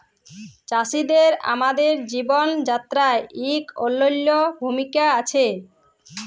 চাষীদের আমাদের জীবল যাত্রায় ইক অলল্য ভূমিকা আছে